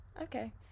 Okay